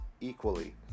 equally